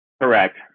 Correct